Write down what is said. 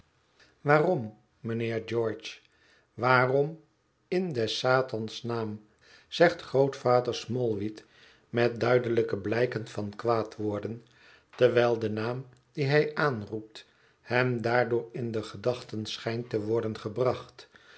waarom mijnheer george waarom in des satans naam zegt grootvader smallweed met duidelijke blijken van kwaad worden terwijl de naam dien hij aanroept hem daardoor in de gedachten schijnt te worden gebracht